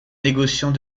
négociant